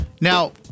now